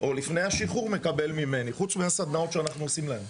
או לפני השחרור מקבל ממני חוץ מהסדנאות שאנחנו עושים להם.